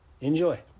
enjoy